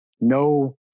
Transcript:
no